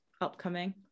upcoming